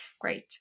Great